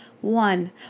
one